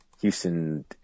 Houston